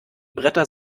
bretter